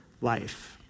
life